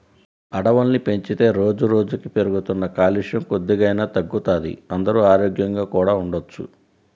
అడవుల్ని పెంచితే రోజుకి రోజుకీ పెరుగుతున్న కాలుష్యం కొద్దిగైనా తగ్గుతది, అందరూ ఆరోగ్యంగా కూడా ఉండొచ్చు